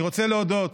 אני רוצה להודות